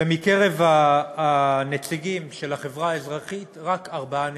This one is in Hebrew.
ומקרב הנציגים של החברה האזרחית רק ארבעה נציגים,